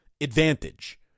advantage